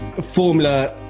Formula